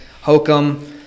hokum